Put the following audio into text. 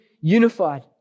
unified